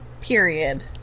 Period